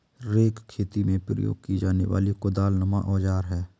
rake खेती में प्रयोग की जाने वाली कुदालनुमा औजार है